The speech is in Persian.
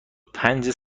پنجم